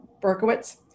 Berkowitz